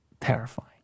Terrifying